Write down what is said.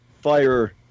Fire